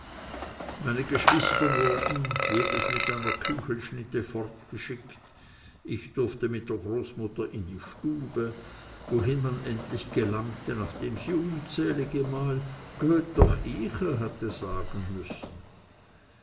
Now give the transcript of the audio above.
meine geschwister wurden jedes mit einer küchlischnitte fortgeschickt ich durfte mit der großmutter in die stube wohin man endlich gelangte nachdem sie unzählige male göt doch yche hatte sagen müssen